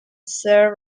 sir